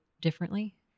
differently